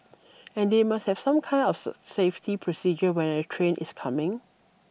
and they must have some kind of safety procedure when a train is coming